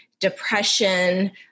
depression